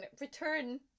return